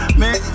man